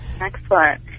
Excellent